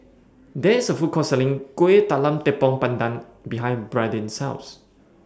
There IS A Food Court Selling Kuih Talam Tepong Pandan behind Brandin's House